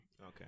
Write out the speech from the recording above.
Okay